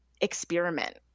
experiment